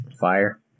Fire